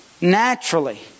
naturally